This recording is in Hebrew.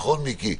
נכון, מיקי?